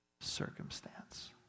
circumstance